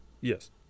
Yes